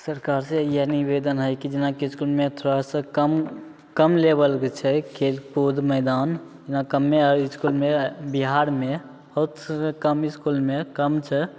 सरकार से इएह निबेदन हय जेनाकि इसकुलमे थोड़ा सा कम कम लेबलके छै खेल कूद मैदान जेना कमे हाइ इसकुलमे बिहारमे बहुत कम इसकुलमे कम छै